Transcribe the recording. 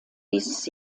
dieses